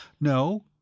No